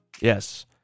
Yes